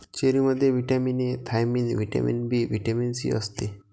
चेरीमध्ये vitamin A, thiamine, vitamin B, vitamin C असते